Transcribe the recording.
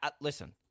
listen